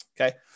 Okay